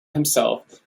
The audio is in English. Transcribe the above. himself